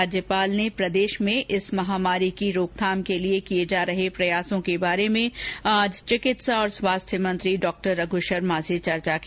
राज्यपाल ने प्रदेश में इस महामारी की रोकथाम के लिए किए जा रहे प्रयासों के बारे में आज चिकित्सा और स्वास्थ्य मंत्री डॉ रघु शर्मा से चर्चा की